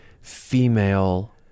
female